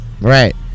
Right